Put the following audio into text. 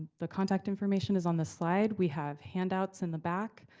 the contact information is on the slide. we have handouts in the back.